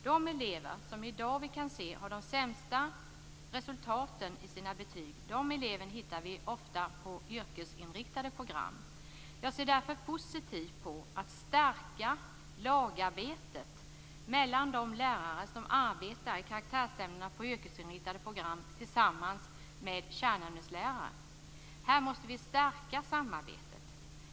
De elever som i dag har de sämsta resultaten i sina betyg hittar vi oftast i yrkesinriktade program. Jag ser därför positivt på att stärka lagarbetet mellan de lärare som arbetar i karaktärsämnena på yrkesinriktade program och kärnämneslärarna. Här måste vi stärka samarbetet.